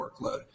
workload